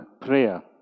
prayer